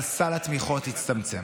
אבל סל התמיכות יצטמצם,